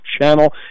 channel